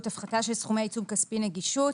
(הפחתה של סכומי עיצום כספי - נגישות),